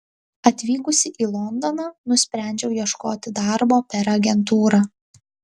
atvykusi į londoną nusprendžiau ieškoti darbo per agentūrą